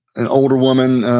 an older woman,